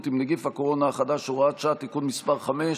עם נגיף הקורונה החדש (הוראת שעה) (תיקון מס' 5),